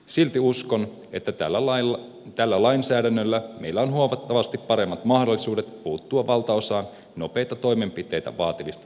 silti uskon että tällä lainsäädännöllä meillä on huomattavasti paremmat mahdollisuudet puuttua valtaosaan nopeita toimenpiteitä vaativista tapauksista